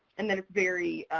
and then it's very